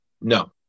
No